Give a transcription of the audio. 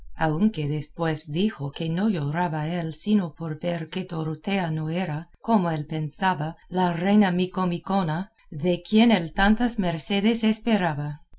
aunque después dijo que no lloraba él sino por ver que dorotea no era como él pensaba la reina micomicona de quien él tantas mercedes esperaba